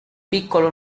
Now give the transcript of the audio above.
piccolo